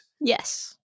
Yes